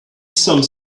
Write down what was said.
some